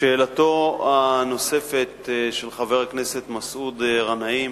לשאלתו הנוספת של חבר הכנסת מסעוד גנאים,